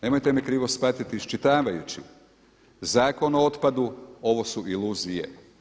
Nemojte me krivo shvatiti, iščitavajući Zakon o otpadu ovo su iluzije.